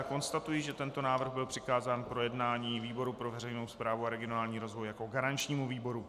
Konstatuji, že tento návrh byl přikázán k projednání výboru pro veřejnou správu a regionální rozvoj jako garančnímu výboru.